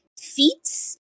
feats